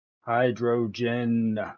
Hydrogen